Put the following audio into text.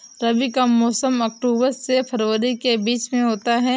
रबी का मौसम अक्टूबर से फरवरी के बीच में होता है